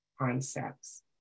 concepts